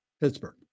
Pittsburgh